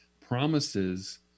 promises